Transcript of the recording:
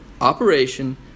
operation